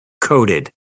coated